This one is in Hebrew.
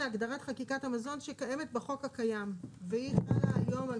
התקנים שקיימים היום.